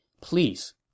please